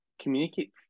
communicate